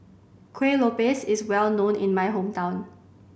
Kueh Lopes is well known in my hometown